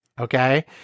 okay